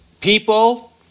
people